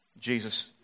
Jesus